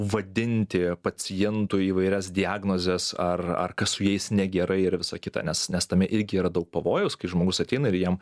vadinti pacientų įvairias diagnozes ar ar kas su jais negerai ir visa kita nes nes tame irgi yra daug pavojaus kai žmogus ateina ir jam